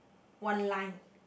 one line